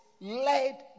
led